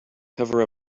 cover